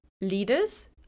leaders